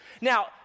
Now